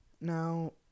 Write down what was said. Now